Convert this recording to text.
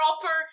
proper